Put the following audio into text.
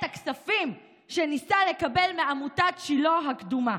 הכספים שניסה לקבל מעמותת "שילה הקדומה".